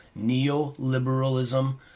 Neoliberalism